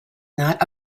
not